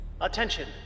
Attention